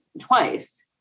twice